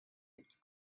its